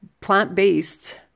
plant-based